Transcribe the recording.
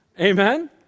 Amen